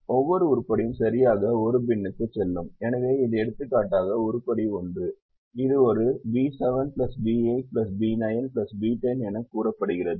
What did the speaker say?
ஒவ்வொரு உருப்படியும் சரியாக 1 பின்னுக்குச் செல்லும் எனவே இது எடுத்துக்காட்டாக உருப்படி 1 இது ஒரு B7 B8 B9 B10 எனக் கூறப்படுகிறது